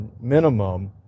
minimum